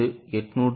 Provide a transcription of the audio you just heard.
இது 858